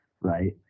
right